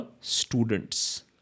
students